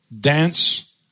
dance